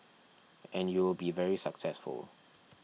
and you will be very successful